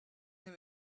him